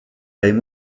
taille